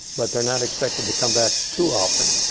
but they're not expected to come back too often.